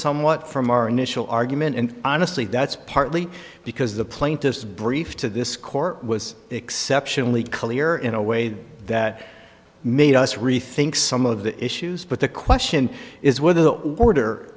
somewhat from our initial argument and honestly that's partly because the plaintiff's brief to this court was exceptionally clear in a way that made us rethink some of the issues but the question is whether the order